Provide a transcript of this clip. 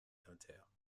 dentaire